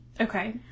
Okay